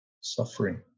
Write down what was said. suffering